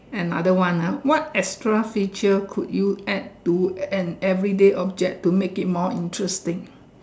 another one ah what extra feature could you add to an everyday object to make it more interesting